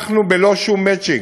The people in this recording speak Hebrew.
אנחנו, בלא שום מצ'ינג,